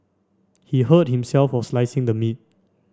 he hurt himself while slicing the meat